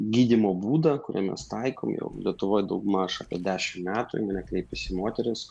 gydymo būdą kurią mes taikom jau lietuvoj daugmaž apie dešim metų į mane kreipiasi moterys